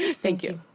thank you.